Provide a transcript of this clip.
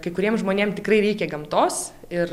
kai kuriem žmonėm tikrai reikia gamtos ir